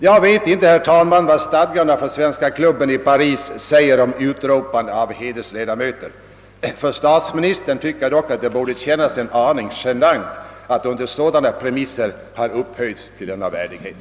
Jag vet inte, herr talman, vad stadgarna för Svenska klubben i Paris säger om utropande av hedersledamöter, men för statsministern tycker jag dock att det borde kännas en aning genant att på sådana premisser ha upphöjts till denna värdighet.